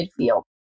midfield